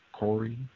Corey